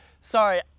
sorry